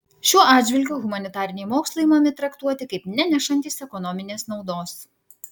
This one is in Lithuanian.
šiuo atžvilgiu humanitariniai mokslai imami traktuoti kaip nenešantys ekonominės naudos